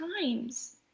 times